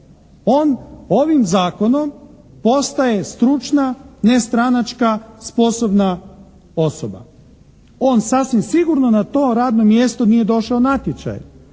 On ovim zakonom postaje stručna, nestranačka sposobna osoba, on sasvim sigurno na to radno mjesto nije došao natječajem.